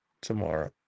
tomorrow